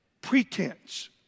pretense